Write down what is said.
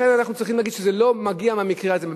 לכן אנחנו צריכים להגיד שזה לא מגיע מהמקרה הזה.